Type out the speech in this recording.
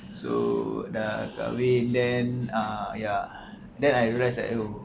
so dah kahwin then uh ya then I rest at home